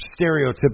stereotypical